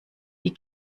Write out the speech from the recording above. die